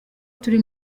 turi